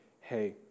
hey